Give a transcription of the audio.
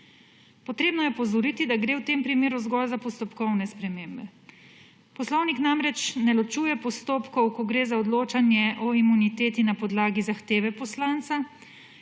Treba je opozoriti, da gre v tem primeru zgolj za postopkovne spremembe. Poslovnik namreč ne ločuje postopkov, ko gre za odločanje o imuniteti na podlagi zahteve poslanca